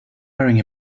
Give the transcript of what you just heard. wearing